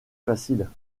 facile